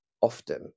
often